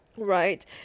right